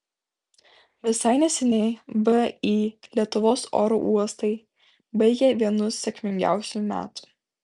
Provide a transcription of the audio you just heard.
visai neseniai vį lietuvos oro uostai baigė vienus sėkmingiausių metų